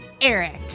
Eric